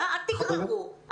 אל תגררו.